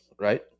right